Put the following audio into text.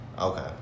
Okay